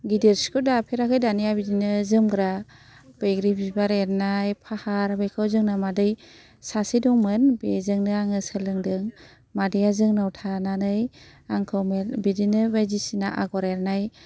गिदिर सिखौ दाफेराखै दानाया बिदिनो जोमग्रा बैग्रि बिबार एरनाय फाहार बेखौ जोंना मादै सासे दंमोन बेजोंनो आङो सोलोंदों मादैया जोंनाव थानानै आंखौ बिदिनो बायदिसिना आगर एरनाय